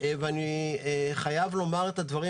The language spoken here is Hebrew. אני מדגיש את הנושא הזה ואני חייב לומר את הדברים